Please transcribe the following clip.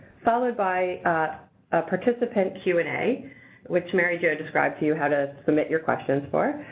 followed by participant q and a which mary jo described to you how to submit your questions for.